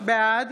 בעד